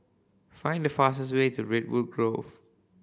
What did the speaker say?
find the fastest way to Redwood Grove